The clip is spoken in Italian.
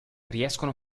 riescono